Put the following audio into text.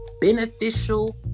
beneficial